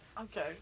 Okay